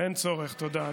אין צורך, תודה.